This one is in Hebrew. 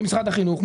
קיצוץ במשרד החינוך,